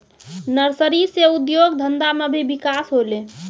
nursery से उद्योग धंधा मे भी बिकास होलै